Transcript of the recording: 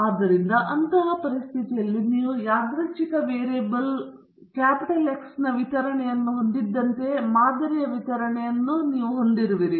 ಆದ್ದರಿಂದ ಅಂತಹ ಪರಿಸ್ಥಿತಿಯಲ್ಲಿ ನೀವು ಯಾದೃಚ್ಛಿಕ ವೇರಿಯೇಬಲ್ X ನ ವಿತರಣೆಯನ್ನು ಹೊಂದಿದ್ದಂತೆಯೇ ಮಾದರಿಯ ವಿತರಣೆಯನ್ನು ನೀವು ಹೊಂದಿರುವಿರಿ